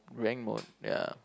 rank mode ya